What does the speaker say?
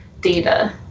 data